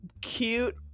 cute